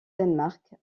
danemark